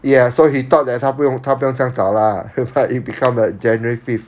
ya so he thought that 他不用他不用这样早 lah but it become like january fifth